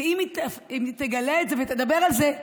כי אם היא תגלה את זה ותדבר על זה,